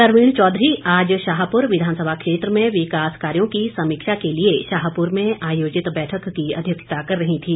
सरवीन चौधरी आज शाहपुर विधानसभा क्षेत्र में विकास कार्यों की समीक्षा के लिए शाहपुर में आयोजित बैठक की अध्यक्षता कर रही थी